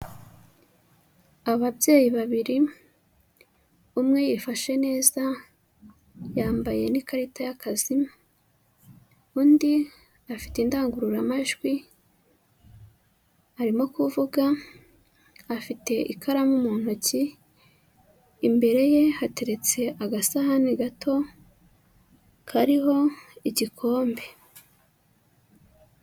Ababyeyi babiri, umwe yifashe neza yambaye n'ikarita y'akazi, undi afite indangururamajwi arimo kuvuga afite ikaramu mu ntoki, imbere ye hateretse agasahani gato kariho igikombe.